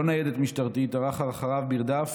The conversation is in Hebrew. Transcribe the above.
לא ניידת משטרתית, ערך אחריו מרדף